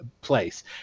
place